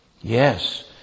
Yes